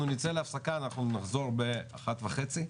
אנחנו נצא להפסקה, אנחנו נחזור באחת וחצי.